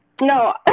No